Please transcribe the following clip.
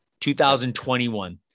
2021